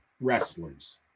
wrestlers